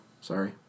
sorry